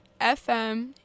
FM